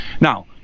Now